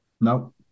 no